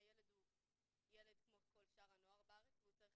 הילד הוא ילד כמו כל שאר הנוער בארץ והוא צריך